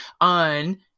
on